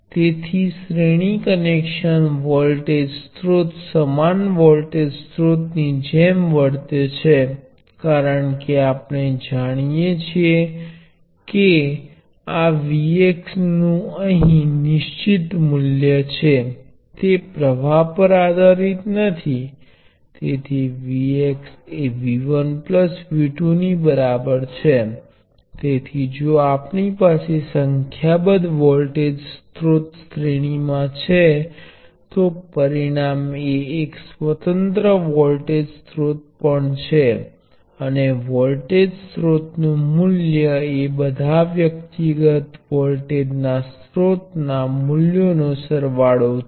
અહીં શ્રેણી સંયોજનના કિસ્સામાં કિર્ચહોફના પ્રવાહ નો કાયદો આપણને કહે છે કે સમાન પ્ર્વાહ એ બધા તત્વો માં વહે છે કિર્ચહોફનો વોલ્ટેજ નો કાયદો અમને જણાવે છે કે સંયોજનના છેડા તરફનો વોલ્ટેજ વ્યક્તિગત વોલ્ટેજની રકમ જેટલો છે